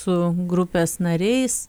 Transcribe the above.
su grupės nariais